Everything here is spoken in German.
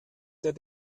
der